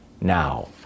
now